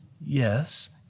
yes